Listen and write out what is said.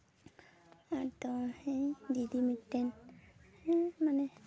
ᱟᱫᱚ ᱤᱧ ᱫᱤᱫᱤ ᱢᱤᱫᱴᱟᱝ ᱦᱮᱸ ᱢᱟᱱᱮ